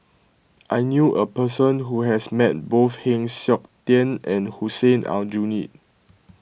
I knew a person who has met both Heng Siok Tian and Hussein Aljunied